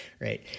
Right